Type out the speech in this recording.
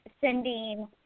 sending